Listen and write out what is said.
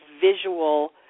visual